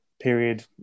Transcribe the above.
period